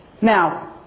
Now